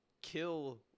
kill